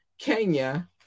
Kenya